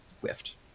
whiffed